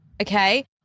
okay